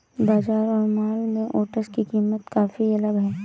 बाजार और मॉल में ओट्स की कीमत काफी अलग है